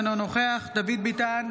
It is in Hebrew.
אינו נוכח דוד ביטן,